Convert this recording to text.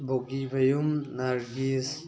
ꯕꯧꯒꯤꯃꯌꯨꯝ Nargis